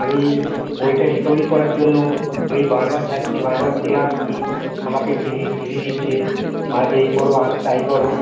আমি বইটা রিকোভারি করার জন্য আমি বারবার যাচ্ছি বারবার ফিরে আসছি আমাকে ফিরি ফিরিয়ে দিচ্ছে আজ এই করো আজ তাই করো